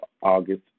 August